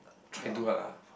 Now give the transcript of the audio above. try do what ah